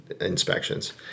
inspections